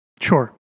Sure